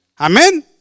Amen